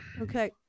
okay